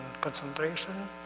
concentration